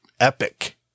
epic